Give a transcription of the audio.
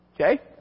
Okay